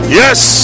yes